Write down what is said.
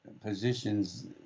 positions